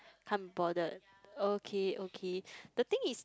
can't be bothered okay okay the thing is